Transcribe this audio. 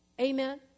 Amen